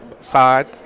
side